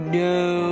no